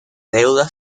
deuda